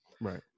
Right